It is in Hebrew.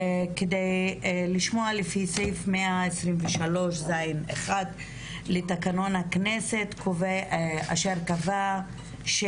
כדי לשמוע לפי סעיף 123.ז.1 לתקנון הכנסת אשר קבע כי